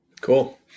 Cool